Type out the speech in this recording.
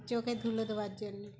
চোখে ধুলে দেওয়ার জন্যে